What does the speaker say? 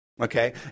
Okay